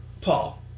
Paul